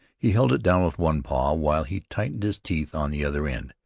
he held it down with one paw while he tightened his teeth on the other end,